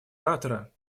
оратора